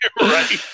Right